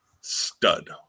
Stud